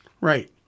Right